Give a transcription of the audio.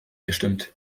gestimmt